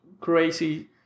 crazy